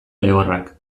lehorrak